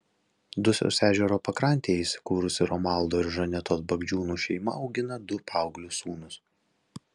dusios ežero pakrantėje įsikūrusi romualdo ir žanetos bagdžiūnų šeima augina du paauglius sūnus